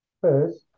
first